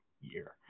year